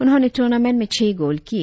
उन्होंने टूर्नामेंट में छह गोल किए